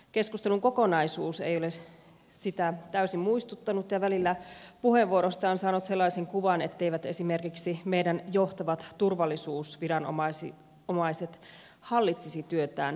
keskustelun kokonaisuus ei ole sitä täysin muistuttanut ja välillä puheenvuoroista on saanut sellaisen kuvan etteivät esimerkiksi meidän johtavat turvallisuusviranomaisemme hallitsisi työtään riittävällä tavalla